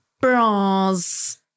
Bras